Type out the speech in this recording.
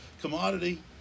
commodity